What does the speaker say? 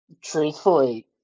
truthfully